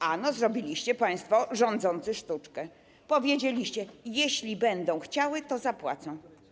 Ano zrobiliście państwo rządzący sztuczkę, powiedzieliście: jeśli będą chciały, to zapłacą.